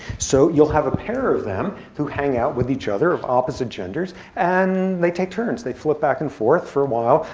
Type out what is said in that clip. so you'll have a pair of them who hang out with each other of opposite genders, and they take turns. they flip back and forth. for a while,